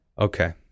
Okay